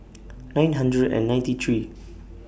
nine hundred and ninety three